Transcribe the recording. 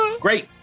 Great